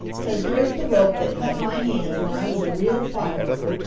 cause there's the rope that cut my hands when i was a real fireman!